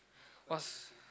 what's